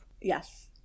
Yes